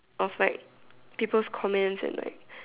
of like people's comments and like